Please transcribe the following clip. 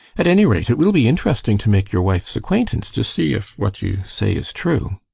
at any rate, it will be interesting to make your wife's acquaintance to see if what you say is true.